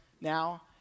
now